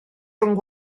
rhwng